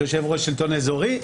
יושב-ראש שלטון אזורי,